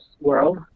world